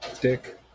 dick